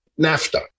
NAFTA